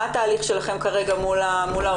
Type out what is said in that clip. מה התהליך שלכם כרגע מול האוצר?